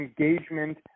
engagement